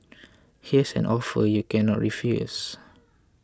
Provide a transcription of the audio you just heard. here's an offer you cannot refuse